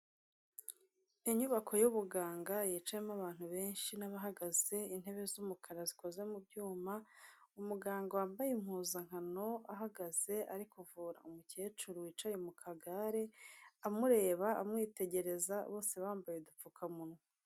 Inyubako y'ubuganga yicayemo abantu benshi n'abahagaze, intebe z'umukara zikoze mu byuma, umuganga wambaye impuzankano, ahagaze ari kuvura umukecuru wicaye mu kagare, amureba amwitegereza bose bambaye udupfukamunwa.